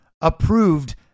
approved